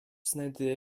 znajduje